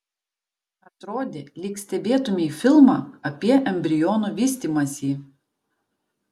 atrodė lyg stebėtumei filmą apie embrionų vystymąsi